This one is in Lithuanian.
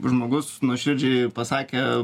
žmogus nuoširdžiai pasakė